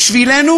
בשבילנו